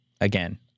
again